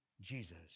Jesus